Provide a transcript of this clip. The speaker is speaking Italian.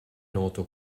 noto